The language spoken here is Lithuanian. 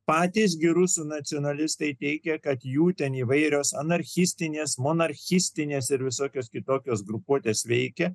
patys gi rusų nacionalistai teigia kad jų ten įvairios anarchistinės monarchistinės ir visokios kitokios grupuotės veikia